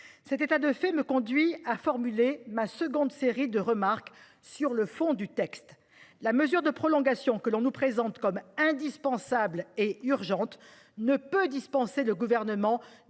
Cet état de fait me conduit à formuler ma seconde série de remarques sur le fond du texte. La mesure de prolongation que l'on nous présente comme indispensable et urgente ne peut dispenser le Gouvernement